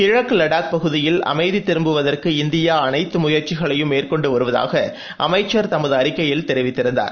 கிழக்கு லடாக் பகுதியில் அமைதி திரும்புவதற்கு இந்தியா அனைத்து முயற்சிகளையும் மேற்கொண்டு வருவதாக அமைச்சர் தமது அறிக்கையில் தெரிவித்திருந்தார்